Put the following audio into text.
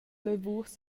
lavurs